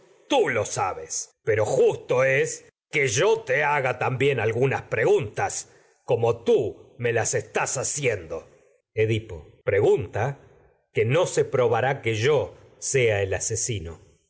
tú lo pero justo es que como yo te haga también algunas pregun tas tú me las estás haciendo edipo pregunta que no se probará que yo sea el asesino